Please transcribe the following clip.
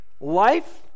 Life